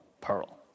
Pearl